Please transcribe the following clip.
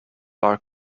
are